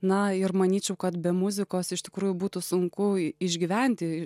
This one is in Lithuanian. na ir manyčiau kad be muzikos iš tikrųjų būtų sunku išgyventi